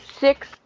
six